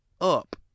up